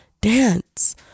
dance